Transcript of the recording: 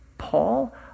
Paul